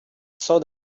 saw